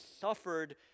suffered